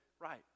right